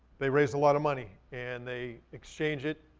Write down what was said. they raised a lot of money. and they exchange it,